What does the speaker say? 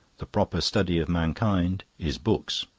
the proper study of mankind is books.